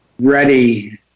ready